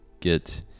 get